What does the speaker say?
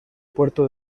puerto